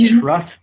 trust